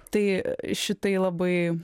tai šitai labai